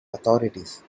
authorities